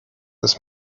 this